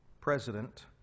President